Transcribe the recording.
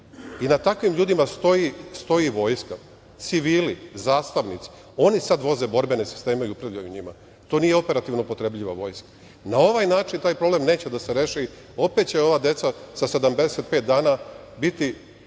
i na takvim ljudima stoji vojska, civili, zastavnici, oni sad voze borbene sisteme i upravljaju njima. To nije operativno upotrebljiva vojska. Na ovaj način taj problem neće da se reši, opet će ova deca, sa 75 dana, biti